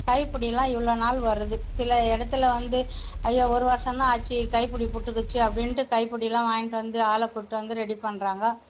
கைப்புடியெலாம் இவ்வளோ நாள் வருது சில இடத்துல வந்து அய்யோ ஒரு வருஷம் தான் ஆச்சு கைப்புடி புட்டுக்கிச்சு அப்படின்ட்டு கைப்புடியெலாம் வாங்கிகிட்டு வந்து ஆளாக கூட்டு வந்து ரெடி பண்ணுறாங்க